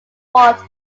ward